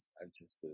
ancestors